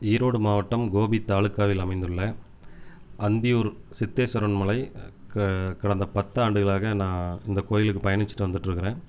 ஈரோடு மாவட்டம் கோபி தாலுக்காவில் அமைந்துள்ள அந்தியூர் சித்தேஸ்வரன் மலை கடந்த பத்து ஆண்டுகளாக நான் இந்த கோயிலுக்கு பயணிச்சிட்டு வந்துட்ருக்கிறேன்